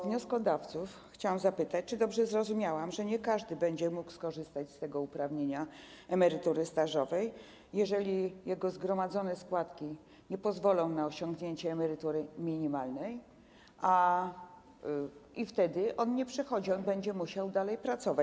Wnioskodawców chciałam zapytać, czy dobrze zrozumiałam, że nie każdy będzie mógł skorzystać z tego uprawnienia, z emerytury stażowej - jeżeli jego zgromadzone składki nie pozwolą na osiągnięcie emerytury minimalnej, wtedy on nie przechodzi na emeryturę, on będzie musiał dalej pracować.